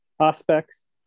aspects